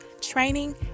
training